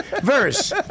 verse